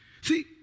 See